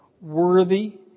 worthy